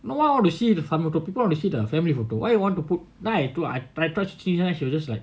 no one want to see the family photo people want to see the family photo why you want to put now I took